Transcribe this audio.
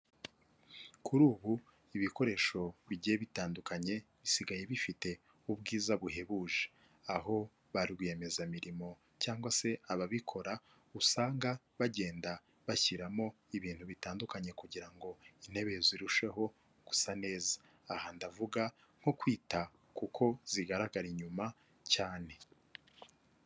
Kuri ubu ibikoresho bigiye bitandukanye bisigaye bifite ubwiza buhebuje, aho ba rwiyemezamirimo cyangwa se ababikora usanga bagenda bashyiramo ibintu bitandukanye kugira ngo intebe zirusheho gusa neza, aha ndavuga nko kwita ku kuko zigaragara inyuma cyane.